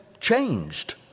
changed